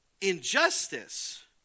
injustice